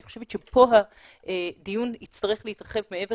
אני חושבת שפה הדיון יצטרך להתרחב מעבר